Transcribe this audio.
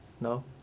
No